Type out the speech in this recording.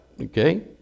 okay